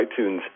iTunes